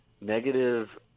negative